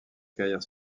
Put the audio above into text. carrière